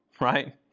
Right